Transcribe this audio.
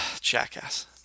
Jackass